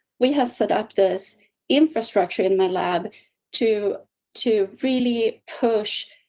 we have set up this infrastructure in my lab to to really push,